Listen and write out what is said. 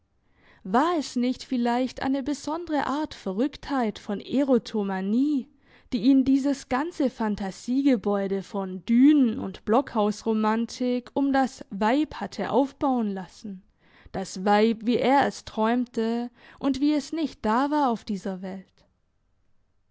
war es nicht vielleicht eine besondere art verrücktheit von erotomanie die ihn dieses ganze phantasiegebäude von dünen und blockhausromantik um das weib hatte aufbauen lassen das weib wie er es träumte und wie es nicht da war auf dieser welt